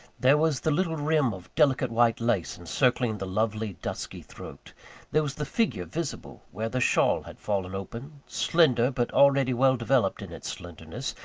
there was the little rim of delicate white lace, encircling the lovely, dusky throat there was the figure visible, where the shawl had fallen open, slender, but already well developed in its slenderness,